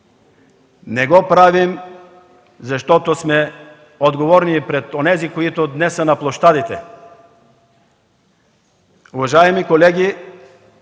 не го правим, защото сме отговорни и пред онези, които днес са на площадите. Уважаеми колеги,